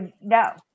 No